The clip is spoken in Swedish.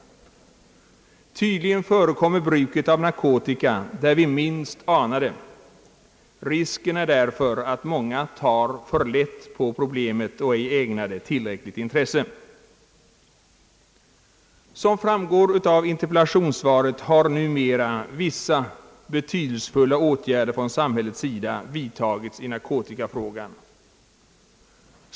Tydligen förekommer bruket av narkotika där vi minst anar det. Risken är därför stor att många tar för lätt på problemet och ej ägnar det tillräckligt intresse. Som framgår av interpellationssvaret har numera vissa betydelsefulla åtgärder vidtagits i narkotikafrågan från samhällets sida.